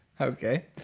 okay